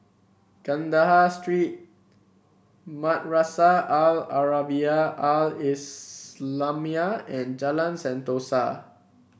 Kandahar Street Madrasah Al Arabiah Al Islamiah and Jalan Sentosa